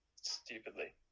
stupidly